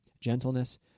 gentleness